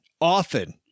often